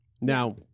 Now